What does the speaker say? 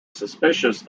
suspicious